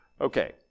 Okay